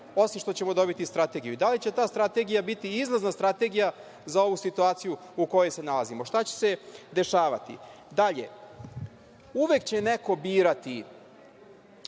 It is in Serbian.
osim što ćemo dobiti strategiju, i da li će ta strategija biti izlazna strategija za ovu situaciju u kojoj se nalazimo, šta će se dešavati dalje? Uvek će neko birati